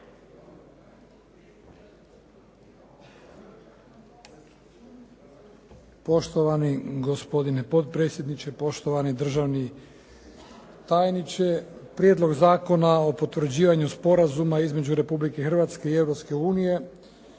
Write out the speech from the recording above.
Poštovani gospodine potpredsjedniče, poštovani državni tajniče. Prijedlog zakona o potvrđivanju Sporazuma između Republike Hrvatske i